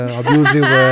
abusive